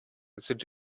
sind